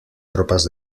tropas